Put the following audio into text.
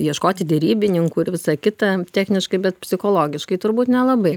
ieškoti derybininkų ir visa kita techniškai bet psichologiškai turbūt nelabai